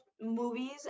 movies